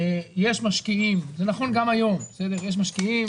יש משקיעים, זה נכון גם היום בסדר, יש משקיעים,